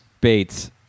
Bates